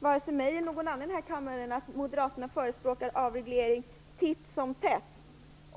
vare sig för mig eller för någon annan här i kammaren att moderaterna förespråkar avreglering titt som tätt.